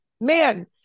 man